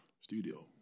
studio